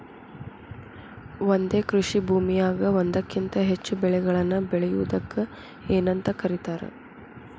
ಒಂದೇ ಕೃಷಿ ಭೂಮಿಯಾಗ ಒಂದಕ್ಕಿಂತ ಹೆಚ್ಚು ಬೆಳೆಗಳನ್ನ ಬೆಳೆಯುವುದಕ್ಕ ಏನಂತ ಕರಿತಾರಿ?